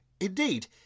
Indeed